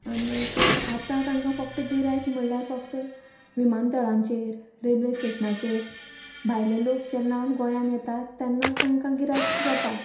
आनी आतां तांकां फक्त गिरायक म्हणल्यार फक्त विमानतळांचेर रेल्वे स्टेशनांचेर भायले लोक जेन्ना गोंयान येतात तेन्नात तांकां गिरायक जाता